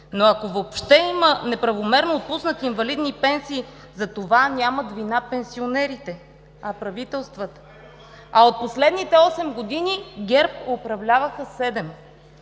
Но, ако въобще има неправомерно отпуснати инвалидни пенсии, за това нямат вина пенсионерите, а правителствата. А от последните осем години ГЕРБ управляваха